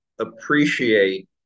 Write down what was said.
appreciate